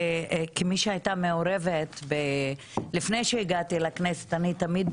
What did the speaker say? כמי שהייתה מעורבת לפני שהגעתי לכנסת אני תמיד